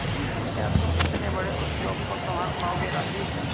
क्या तुम इतने बड़े उद्योग को संभाल पाओगे राजीव?